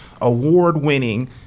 award-winning